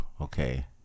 okay